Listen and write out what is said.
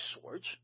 swords